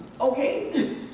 Okay